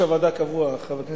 שעה)